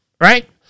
right